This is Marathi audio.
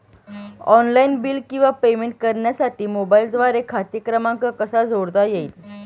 ऑनलाईन बिल किंवा पेमेंट करण्यासाठी मोबाईलद्वारे खाते क्रमांक कसा जोडता येईल?